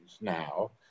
now